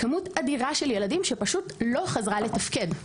כמות אדירה של ילדים שפשוט לא חזרה לתפקד,